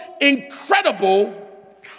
incredible